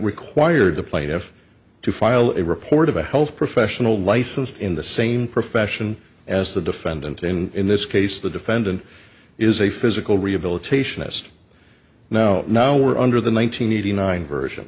required the plaintiff to file a report of a health professional licensed in the same profession as the defendant and in this case the defendant is a physical rehabilitation ist now now we're under the one nine hundred eighty nine version